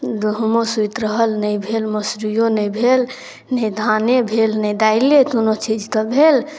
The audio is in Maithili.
गहूमो सुति रहल नहि भेल मौसरिओ नहि भेल नहि धाने भेल नहि दाइले कोनो चीजके भेल